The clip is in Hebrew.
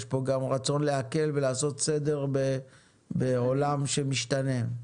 יש פה גם רצון להקל ולעשות סדר בעולם שמשתנה.